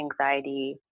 anxiety